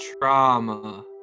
trauma